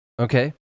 okay